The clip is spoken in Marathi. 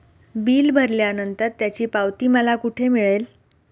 बिल भरल्यानंतर त्याची पावती मला कुठे मिळेल?